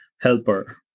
helper